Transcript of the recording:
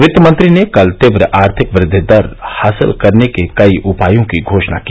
वित्त मंत्री ने कल तीव्र आर्थिक वृद्वि दर हासिल करने के कई उपायों की घोषणा की